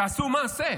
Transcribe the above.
תעשו מעשה.